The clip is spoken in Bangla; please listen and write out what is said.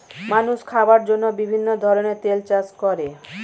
মানুষ খাওয়ার জন্য বিভিন্ন ধরনের তেল চাষ করে